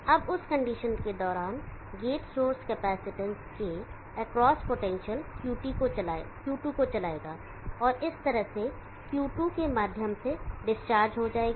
अब उस कंडीशन के दौरान गेट सोर्स कैपेसिटेंस के एक्रॉस पोटेंशियल Q2 को चलाएगा और इस तरह से Q2 के माध्यम से डिस्चार्ज हो जाएगी